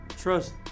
Trust